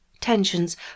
Tensions